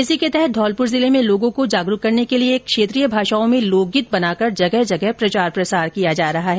इसी के तहत धौलपुर जिले में लोगों को जागरूक करने के लिए क्षेत्रीय भाषाओं में लोकगीत बनाकर जगह जगह प्रचार प्रसार किया जा रहा है